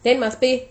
then must pay